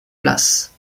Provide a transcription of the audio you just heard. place